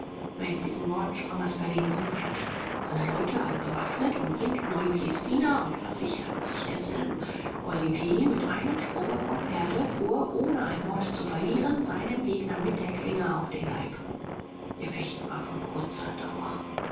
mit diesen worten sprang asperlin vom pferde seine leute alle bewaffnet umringten oliviers diener und versicherten sich derselben olivier mit einem sprunge vom pferde fuhr ohne ein wort zu verlieren seinem gegner mit der klinge auf den leib ihr fechten war von kurzer dauer